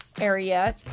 area